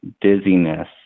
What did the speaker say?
dizziness